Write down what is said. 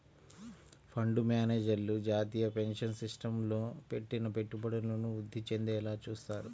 fund మేనేజర్లు జాతీయ pension సిస్టమ్లో పెట్టిన పెట్టుబడులను వృద్ధి చెందేలా చూత్తారు